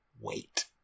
wait